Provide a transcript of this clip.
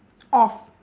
off